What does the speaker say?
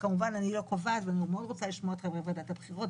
וכמובן אני לא קובעת ואני רוצה מאוד לשמוע את נציגי ועדת הבחירות,